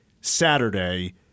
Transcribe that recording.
Saturday